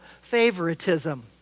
favoritism